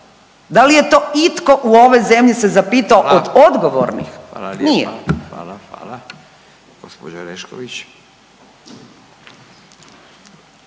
da li je to itko u ovoj zemlji se zapitao, od odgovornih? Nije.